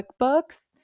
QuickBooks